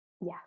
Yes